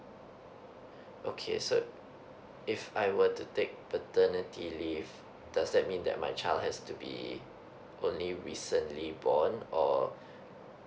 okay so if I were to take paternity leave does that mean that my child has to be only recently born or